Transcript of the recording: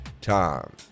time